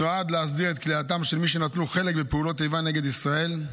נועד להסדיר את כליאתם של מי שנטלו חלק בפעולות איבה נגד ישראל,